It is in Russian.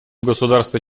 государства